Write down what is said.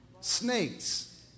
snakes